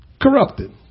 corrupted